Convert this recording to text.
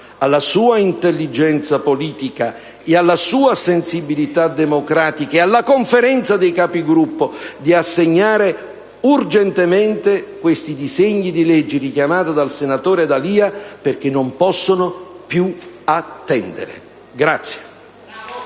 alla sua intelligenza politica e alla sua sensibilità democratica, e alla Conferenza dei Capigruppo di assegnare urgentemente questi disegni di legge, richiamati dal senatore D'Alia, il cui esame non può più attendere.